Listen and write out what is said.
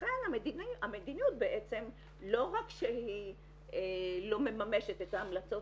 לכן המדיניות לא רק שהיא לא מממשת את ההמלצות